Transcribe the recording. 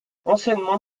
anciennement